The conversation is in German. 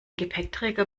gepäckträger